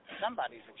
Somebody's